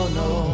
no